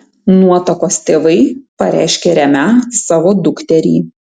nuotakos tėvai pareiškė remią savo dukterį